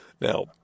Now